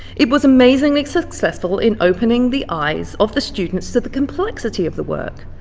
it was amazingly successful in opening the eyes of the students to the complexity of the work.